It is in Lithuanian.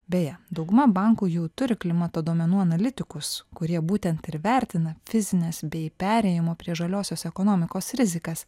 beje dauguma bankų jau turi klimato duomenų analitikus kurie būtent ir vertina fizines bei perėjimo prie žaliosios ekonomikos rizikas